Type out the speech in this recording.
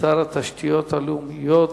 שר התשתיות הלאומיות,